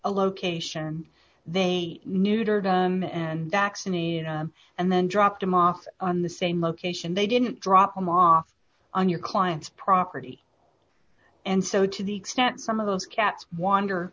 a location they neutered on and backs anina and then dropped them off on the same location they didn't drop them off on your client's property and so to the extent some of those cats wander